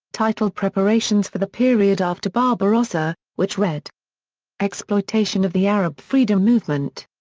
titled preparations for the period after barbarossa which read exploitation of the arab freedom movement.